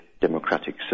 democratic